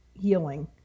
healing